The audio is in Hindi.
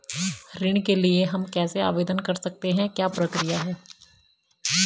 ऋण के लिए हम कैसे आवेदन कर सकते हैं क्या प्रक्रिया है?